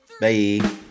Bye